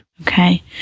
Okay